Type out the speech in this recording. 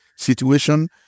situation